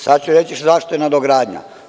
Sada ću reći zašto je nadogradnja.